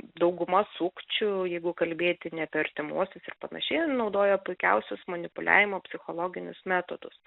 dauguma sukčių jeigu kalbėti ne apie artimuosius ir panašiai naudoja puikiausius manipuliavimo psichologinius metodus